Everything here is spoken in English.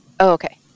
Okay